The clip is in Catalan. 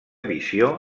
visió